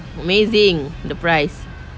amazing the price